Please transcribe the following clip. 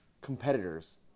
competitors